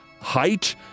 height